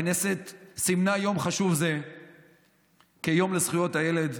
הכנסת סימנה יום חשוב זה כיום לזכויות הילד.